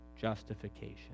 justification